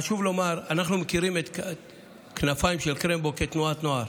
חשוב לומר: אנחנו מכירים את כנפיים של קרמבו כתנועת נוער